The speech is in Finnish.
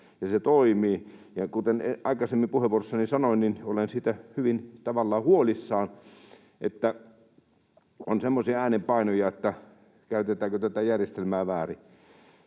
se toimii. Ja kuten aikaisemmassa puheenvuorossani sanoin, olen siitä tavallaan hyvin huolissani, että on semmoisia äänenpainoja, että käytetäänkö tätä järjestelmää väärin.